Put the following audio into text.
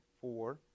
four